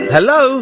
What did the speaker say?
Hello